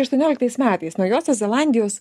aštuonioliktais metais naujosios zelandijos